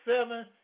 seven